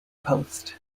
post